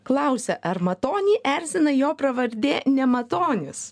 klausia ar matonį erzina jo pravardė nematonis